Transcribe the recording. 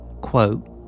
quote